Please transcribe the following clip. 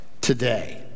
today